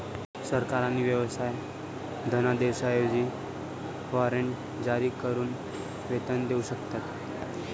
सरकार आणि व्यवसाय धनादेशांऐवजी वॉरंट जारी करून वेतन देऊ शकतात